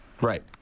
Right